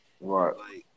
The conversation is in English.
Right